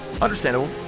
understandable